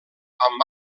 amb